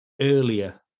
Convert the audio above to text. earlier